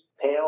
pale